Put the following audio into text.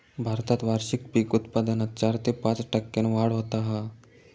भारतात वार्षिक पीक उत्पादनात चार ते पाच टक्क्यांन वाढ होता हा